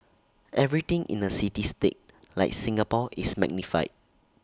everything in A city state like Singapore is magnified